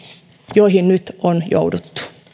joihin nyt on jouduttu